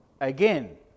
again